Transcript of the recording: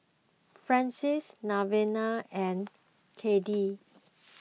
Frances Lavina and Cyndi